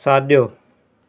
साजो॒